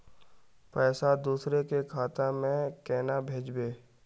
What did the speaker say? पैसा दूसरे के खाता में केना भेजबे?